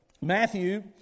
Matthew